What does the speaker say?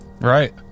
Right